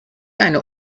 eine